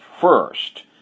first